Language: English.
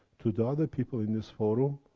to the other people in this forum,